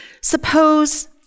Suppose